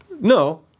No